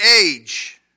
age